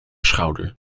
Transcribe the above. schouder